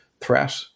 threat